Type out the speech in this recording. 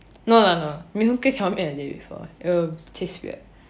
no lah no mee hoon kway cannot make the day before one it will taste weird